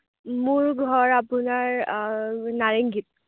মোৰ ঘৰ আপোনাৰ নাৰেংগীত